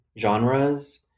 genres